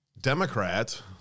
Democrat